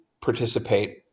participate